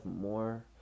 more